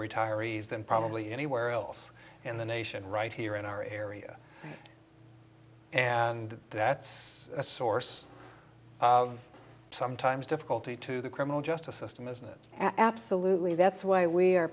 retirees than probably anywhere else in the nation right here in our area and that's a source of sometimes difficulty to the criminal justice system isn't it absolutely that's why we are